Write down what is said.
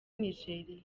nigeria